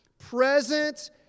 Present